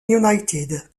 united